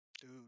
Dude